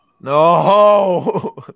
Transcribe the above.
No